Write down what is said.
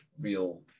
real